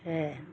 ਹੈ